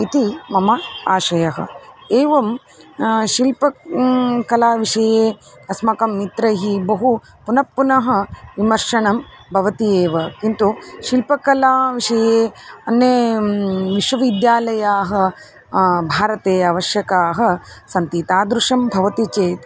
इति मम आशयः एवं शिल्पकलाविषये अस्माकं मित्रैः बहु पुनः पुनः विमर्शनं भवति एव किन्तु शिल्पकलाविषये अन्ये विश्वविद्यालयाः भारते आवश्यकाः सन्ति तादृशं भवति चेत्